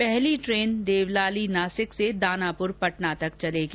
पहली रेल देवलाली नासिक से दानापुर पटना तक चलेगी